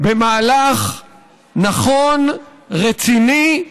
במהלך נכון, רציני,